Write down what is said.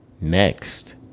Next